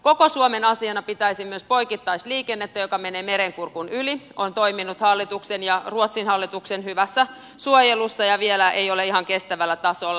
koko suomen asiana pitäisin myös poikittaisliikennettä joka menee merenkurkun yli ja joka on toiminut hallituksen ja ruotsin hallituksen hyvässä suojelussa mutta vielä ei ole ihan kestävällä tasolla